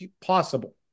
possible